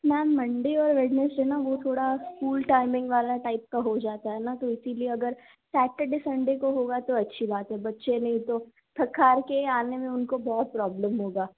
ma'am Monday और Wednesday न वो थोड़ा स्कूल टाइमिंग वाला टाइप का हो जाता है न तो इसीलिए अगर सेटरडे संडे को होगा तो अच्छी बात है बच्चे नही तो थक हार के आने में उनको बहुत प्रॉब्लेम होगा